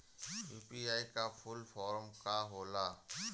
UPI का full form का होला?